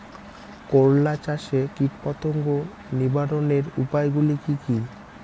করলা চাষে কীটপতঙ্গ নিবারণের উপায়গুলি কি কী?